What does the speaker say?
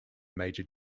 major